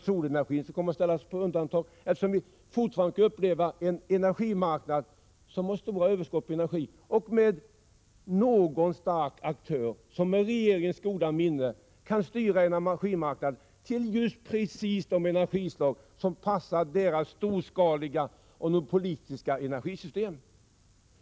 Solenergin kommer t.ex. att ställas på undantag, eftersom energimarknaden har stort överskott på energi och någon stark aktör med regeringens goda minne kan styra energimarknaden till just de energislag som passar de storskaliga och politiska energisystemen.